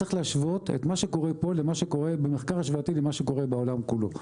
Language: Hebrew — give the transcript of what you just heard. אתה צריך להשוות את מה שקורה פה למה שקורה בעולם כולו.